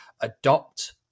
adopt